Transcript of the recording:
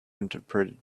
interpreted